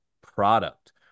product